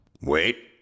Wait